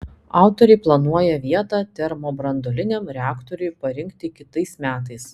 autoriai planuoja vietą termobranduoliniam reaktoriui parinkti kitais metais